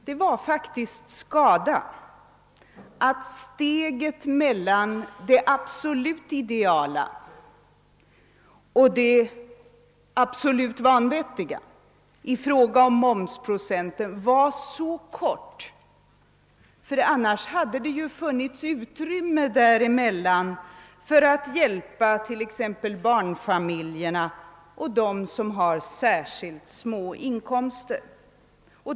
Det var faktiskt skada att steget mellan det absolut ideala och det absolut vanvettiga i fråga om momsprocenten var så kort. Annars hade det ju funnits utrymme däremellan för att hjälpa t.ex. barnfamiljerna och dem som har särskilt små inkomster.